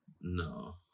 No